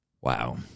Wow